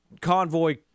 convoy